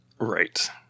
Right